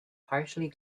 partially